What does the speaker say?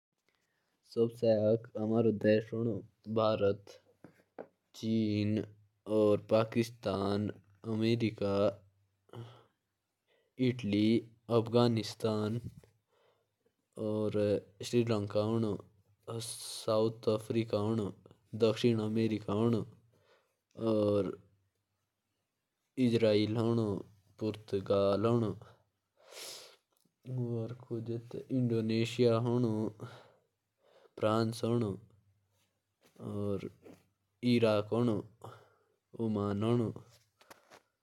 भारत। Pakistan. America. Iran. Afghanistan. Sri Lanka. Bhutan. Nepal. Israel. Portugal. Indonesia. Oman.